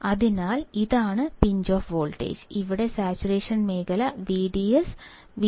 അതിനാൽ ഇതാണ് pinch off voltage ഇവിടെ സാച്ചുറേഷൻ മേഖല VDS VGS VT